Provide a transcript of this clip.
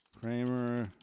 Kramer